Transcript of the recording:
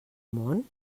món